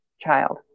child